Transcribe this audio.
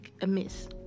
amiss